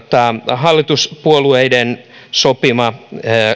hallituspuolueiden sopima